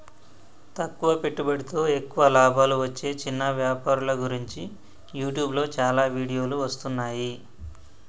తక్కువ పెట్టుబడితో ఎక్కువ లాభాలు వచ్చే చిన్న వ్యాపారుల గురించి యూట్యూబ్లో చాలా వీడియోలు వస్తున్నాయి